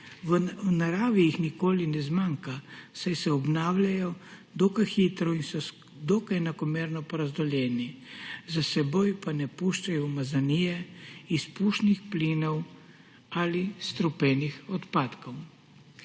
V naravi jih nikoli ne zmanjka, saj se obnavljajo dokaj hitro in so dokaj enakomerno porazdeljeni, za seboj pa ne puščajo umazanije, izpušnih plinov ali strupenih odpadkov.